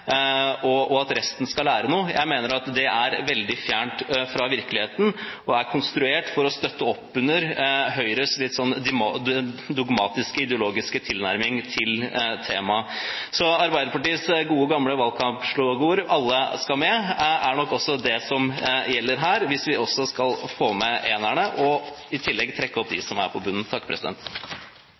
og at resten skal lære noe. Jeg mener at det er veldig fjernt fra virkeligheten og er konstruert for å støtte opp under Høyres litt dogmatiske, ideologiske tilnærming til temaet. Så Arbeiderpartiets gode, gamle valgkampslagord «Alle skal med» er nok det som også gjelder her, hvis vi skal få med enerne og i tillegg trekke opp dem som er på bunnen.